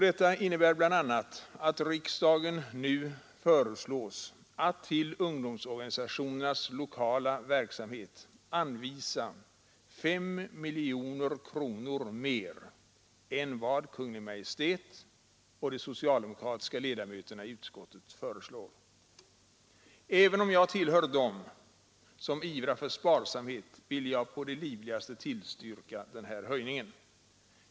Detta innebär bl.a. att riksdagen nu föreslås att till ungdomsorganisationernas lokala verksamhet anvisa 5 miljoner kronor mer än vad Kungl. Maj:t och de socialdemokratiska utskottsledamöterna föreslår. Även om jag tillhör dem som ivrar för sparsamhet, vill jag på det livligaste tillstyrka den här höjningen.